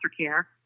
care